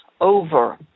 over